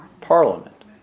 Parliament